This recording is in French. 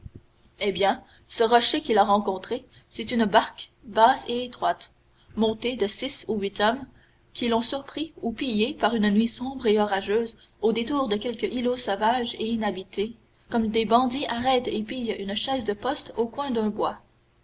eh bien ce rocher qu'il a rencontré c'est une barque basse et étroite montée de six ou huit hommes qui l'ont surpris ou pillé par une nuit sombre et orageuse au détour de quelque îlot sauvage et inhabité comme des bandits arrêtent et pillent une chaise de poste au coin d'un bois